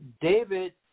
David